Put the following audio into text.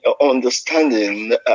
understanding